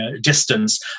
distance